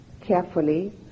carefully